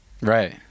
Right